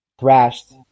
thrashed